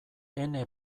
ene